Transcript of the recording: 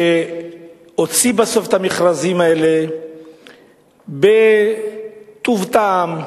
שהוציא בסוף את המכרזים האלה בטוב טעם,